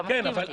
אתה מסכים איתי.